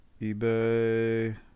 ebay